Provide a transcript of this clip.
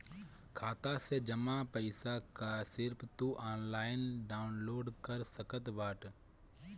खाता से जमा पईसा कअ स्लिप तू ऑनलाइन डाउन लोड कर सकत बाटअ